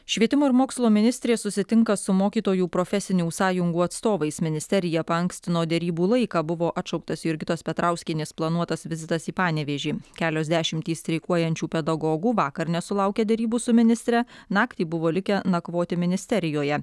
švietimo ir mokslo ministrė susitinka su mokytojų profesinių sąjungų atstovais ministerija paankstino derybų laiką buvo atšauktas jurgitos petrauskienės planuotas vizitas į panevėžį kelios dešimtys streikuojančių pedagogų vakar nesulaukę derybų su ministre naktį buvo likę nakvoti ministerijoje